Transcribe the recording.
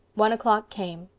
one o'clock came.